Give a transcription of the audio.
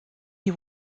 die